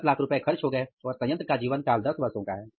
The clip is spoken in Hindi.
1000000 रुपए खर्च हो गए और संयंत्र का जीवनकाल 10 वर्षों का है